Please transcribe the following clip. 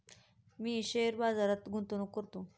मी share बाजारात गुंतवणूक करतो